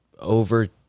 over